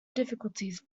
difficulties